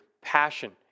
passion